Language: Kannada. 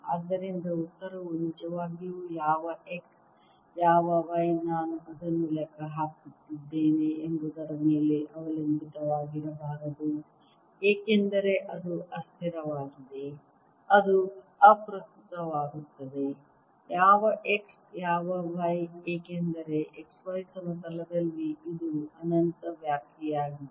ಆದ್ದರಿಂದ ಉತ್ತರವು ನಿಜವಾಗಿಯೂ ಯಾವ x ಯಾವ y ನಾನು ಅದನ್ನು ಲೆಕ್ಕ ಹಾಕುತ್ತಿದ್ದೇನೆ ಎಂಬುದರ ಮೇಲೆ ಅವಲಂಬಿತವಾಗಿರಬಾರದು ಏಕೆಂದರೆ ಅದು ಅಸ್ಥಿರವಾಗಿದೆ ಅದು ಅಪ್ರಸ್ತುತವಾಗುತ್ತದೆ ಯಾವ x ಯಾವ y ಏಕೆಂದರೆ x y ಸಮತಲದಲ್ಲಿ ಇದು ಅನಂತ ವ್ಯಾಪ್ತಿಯಾಗಿದೆ